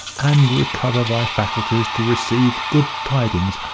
and recover thy faculties to receive good tidings.